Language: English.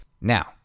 Now